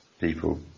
people